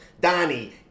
Donnie